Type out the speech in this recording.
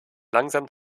langsam